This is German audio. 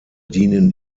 dienen